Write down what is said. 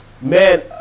Man